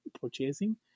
purchasing